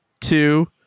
two